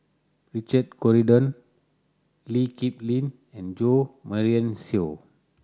Richard Corridon Lee Kip Lin and Jo Marion Seow